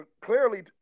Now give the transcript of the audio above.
Clearly